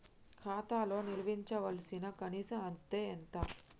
ఖాతా లో నిల్వుంచవలసిన కనీస అత్తే ఎంత?